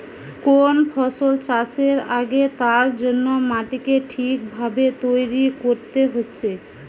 কোন ফসল চাষের আগে তার জন্যে মাটিকে ঠিক ভাবে তৈরী কোরতে হচ্ছে